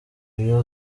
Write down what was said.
iyo